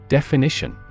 Definition